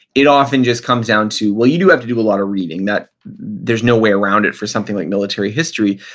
it often just comes down to, well, you do have to do a lot of reading, there's no way around it for something like military history.